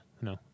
no